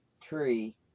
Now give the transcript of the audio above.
tree